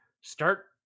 Start